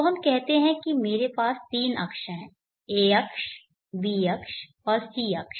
तो हम कहते हैं कि मेरे पास तीन अक्ष हैं a अक्ष b अक्ष और c अक्ष